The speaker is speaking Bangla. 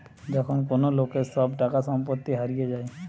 যখন কোন লোকের সব টাকা সম্পত্তি হারিয়ে যায়